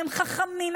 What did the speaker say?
הם חכמים,